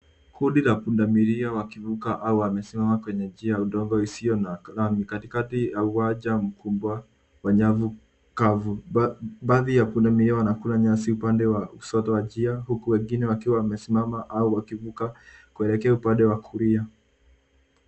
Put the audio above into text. Kundi la pundamilia wakivuka au wamesimama kwenye njia la udongo isiyo na lami katikati ya uwanja mkubwa wa nyavu kavu. Ba-Baadhi ya pundamilia wanakula nyasi upande wa kushoto wa njia huku wengine wakiwa wamesimama au wakivuka kuelekea upande wa kulia.